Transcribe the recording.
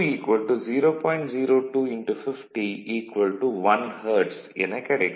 02 50 1 hertz எனக் கிடைக்கும்